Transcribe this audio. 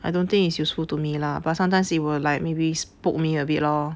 I don't think is useful to me lah but sometimes it will like maybe spook me a bit lor